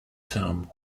term